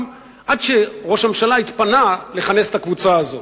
עד שראש הממשלה התפנה לכנס את הקבוצה הזאת.